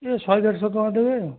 ଏ ଶହେ ଦେଢ଼ଶହ ଟଙ୍କା ଦେବେ